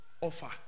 offer